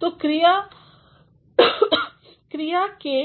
तो क्रिया के